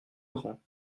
grands